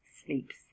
sleeps